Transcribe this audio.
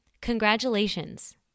congratulations